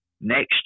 next